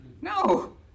No